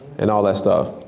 and all that stuff.